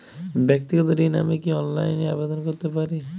ব্যাক্তিগত ঋণ আমি কি অনলাইন এ আবেদন করতে পারি?